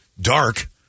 dark